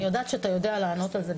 אני יודעת שאתה יודע לענות על זה,